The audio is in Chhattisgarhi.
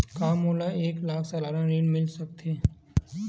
का मोला एक लाख सालाना ऋण मिल सकथे?